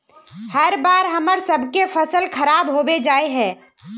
हर बार हम्मर सबके फसल खराब होबे जाए है?